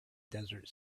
desert